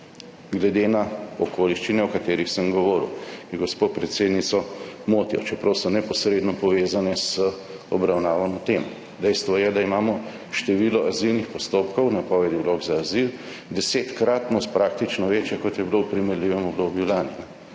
glede na okoliščine, o katerih sem govoril. In gospo predsednico motijo, čeprav so neposredno povezane z obravnavano temo. Dejstvo je, da imamo število azilnih postopkov, napovedi vlog za azil praktično desetkratno večje, kot je bilo v primerljivem obdobju lani.